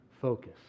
focus